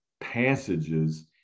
passages